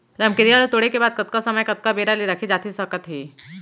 रमकेरिया ला तोड़े के बाद कतका समय कतका बेरा ले रखे जाथे सकत हे?